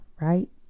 right